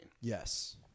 Yes